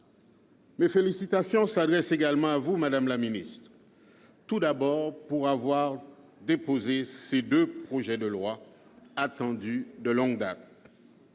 Mes félicitations s'adressent également à vous, madame la ministre, d'abord pour avoir déposé ces deux projets de loi attendus de longue date.